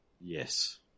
Yes